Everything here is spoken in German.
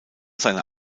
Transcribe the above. seiner